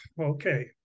okay